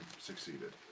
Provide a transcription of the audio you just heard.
succeeded